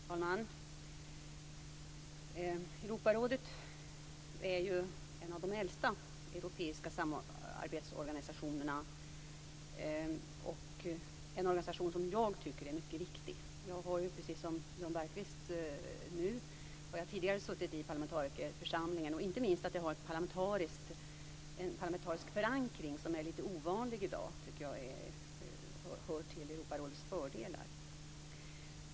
Fru talman! Europarådet är en av de äldsta europeiska samarbetsorganisationerna. Det är en organisation som jag tycker är mycket viktig. Precis som Jan Bergqvist gör nu har jag tidigare suttit i parlamentarikerförsamlingen. Inte minst att organisationen har en parlamentarisk förankring som är litet ovanlig i dag tycker jag hör till Europarådets fördelar.